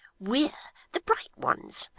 we're the bright ones.